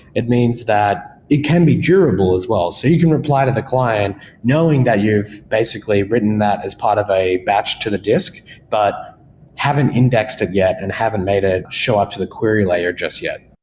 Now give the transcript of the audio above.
it means that it can be durable as well. so you can reply to the client knowing that you've basically written that as part of a batch to the disk, but haven't indexed it yet and haven't made ah it show up to the query layer just yet.